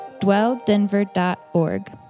dwelldenver.org